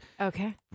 Okay